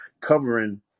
covering